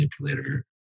manipulator